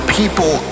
people